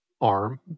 arm